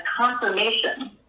confirmation